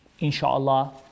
insha'Allah